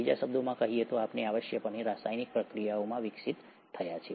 બીજા શબ્દોમાં કહીએ તો આપણે આવશ્યકપણે રાસાયણિક પ્રતિક્રિયાઓમાંથી વિકસિત થયા છીએ